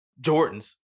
Jordans